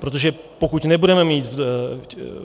Protože pokud nebudeme mít